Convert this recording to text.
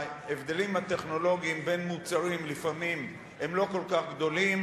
כי ההבדלים הטכנולוגיים בין מוצרים לפעמים הם לא כל כך גדולים,